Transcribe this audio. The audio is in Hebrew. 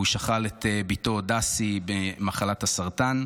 הוא שכל את בתו דסי בשל מחלת הסרטן.